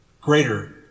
greater